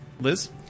Liz